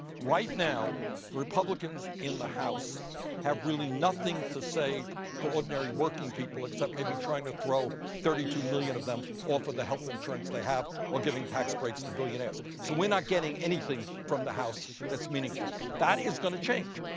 right now the republicans in the house have really nothing to say to ordinary working people except maybe trying to throw thirty two million of them off the health insurance they have or giving tax breaks to billionaires. so we're not getting anything anything from the house that's meaningful. that is going to change.